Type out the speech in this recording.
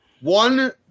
one